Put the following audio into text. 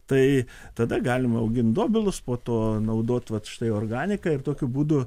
tai tada galima augint dobilus po to naudot vat štai organiką ir tokiu būdu